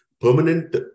permanent